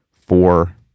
four